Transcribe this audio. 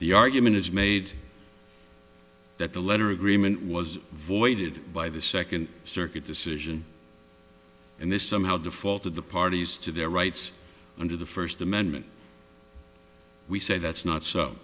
the argument is made that the letter agreement was voided by the second circuit decision and they somehow defaulted the parties to their rights under the first amendment we say that's not so